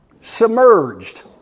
Submerged